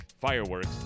fireworks